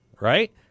right